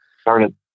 started